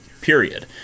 period